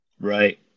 Right